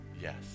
yes